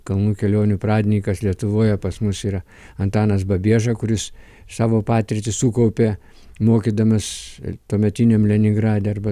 kalnų kelionių pradininkas lietuvoje pas mus yra antanas babieža kuris savo patirtį sukaupė mokydamas tuometiniam leningrade arba